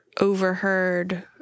overheard